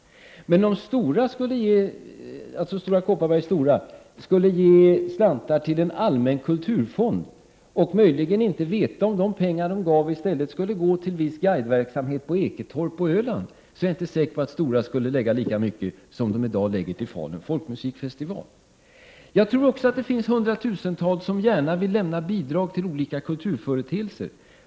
Men jag är inte säker på att Stora Kopparberg skulle ge lika mycket slantar till en allmän kulturfond som företaget i dag ger till Falun folkmusikfestival om företaget inte visste om pengarna i stället går till viss guideverksamhet på Eketorp på Öland. Jag tror också att det finns hundratusentals människor som gärna vill lämna bidrag till olika kulturföreteelser.